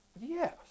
Yes